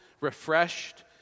refreshed